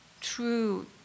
true